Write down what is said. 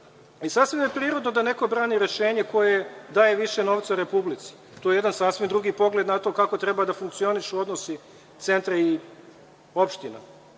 I sasvim je prirodno da neko brani rešenje koje daje više novca Republici. To je jedan sasvim drugi pogled na to kako treba da funkcionišu odnosi centra i opština.